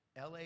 la